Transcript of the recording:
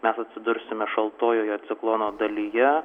mes atsidursime šaltojoje ciklono dalyje